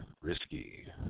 Risky